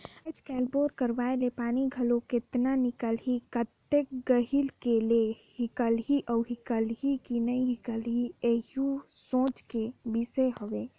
आएज काएल बोर करवाए ले पानी घलो केतना हिकलही, कतेक गहिल करे ले हिकलही अउ हिकलही कि नी हिकलही एहू सोचे कर बिसे हवे